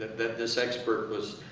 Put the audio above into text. this expert was